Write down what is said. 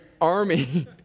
army